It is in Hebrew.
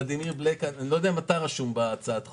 ולדימיר בליאק אני לא יודע אם אתה רשום בהצעת החוק.